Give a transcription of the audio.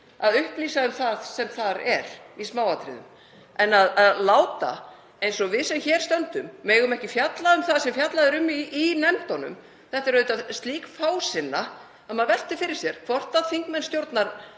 að upplýsa um það sem þar er í smáatriðum. En að láta eins og við sem hér stöndum megum ekki fjalla um það sem fjallað er um í nefndunum er auðvitað slík fásinna að maður veltir fyrir sér hvort þingmenn